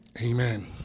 amen